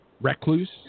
recluse